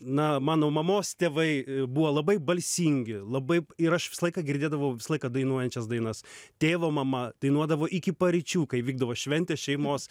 na mano mamos tėvai buvo labai balsingi labai ir aš visą laiką girdėdavau visą laiką dainuojančias dainas tėvo mama dainuodavo iki paryčių kai vykdavo šventės šeimos